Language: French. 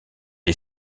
est